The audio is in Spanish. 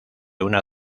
una